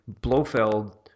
Blofeld